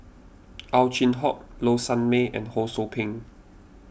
Ow Chin Hock Low Sanmay and Ho Sou Ping